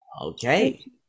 Okay